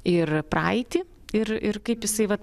ir praeitį ir ir kaip jisai vat